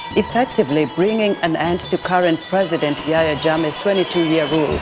effectively bringing an end to current president yahya jammeh's twenty two year rule.